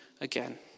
again